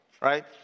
right